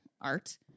art